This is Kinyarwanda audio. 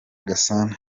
gasana